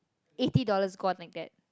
eighty dollars gone like that